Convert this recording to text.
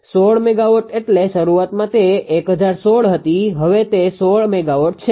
16 megawatt એટલે શરૂઆતમાં તે 1016 હતી હવે તે 16 મેગાવોટ છે